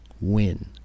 win